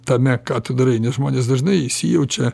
tame ką tu darai nes žmonės dažnai įsijaučia